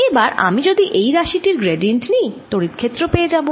এবার আমি যদি এই রাশি টির গ্র্যাডিএন্ট নিই ত্বড়িৎ ক্ষেত্র পেয়ে যাবো